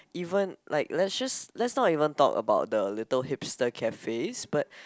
even like let's just let's not even talk about the little hipster cafes but